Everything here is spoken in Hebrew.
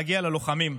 להגיע ללוחמים,